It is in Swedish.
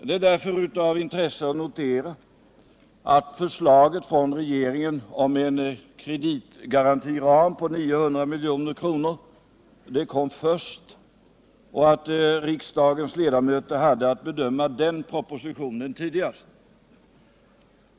Det är därför av intresse att notera, att förslaget från regeringen om en kreditgarantiram på 900 milj.kr. kom först och att riksdagens ledamöter hade att bedöma den propositionen tidigast.